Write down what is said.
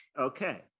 Okay